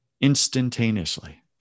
instantaneously